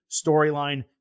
storyline